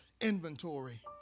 inventory